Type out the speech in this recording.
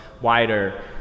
wider